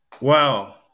Wow